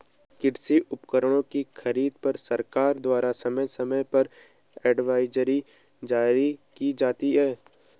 कृषि उपकरणों की खरीद पर सरकार द्वारा समय समय पर एडवाइजरी जारी की जाती है